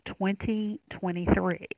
2023